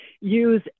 use